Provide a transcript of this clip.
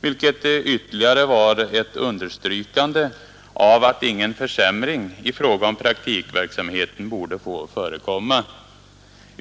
vilket ytterligare var ett understrykande av att ingen försämring i fråga om praktikverksamheten borde få förekomma.